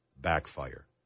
backfire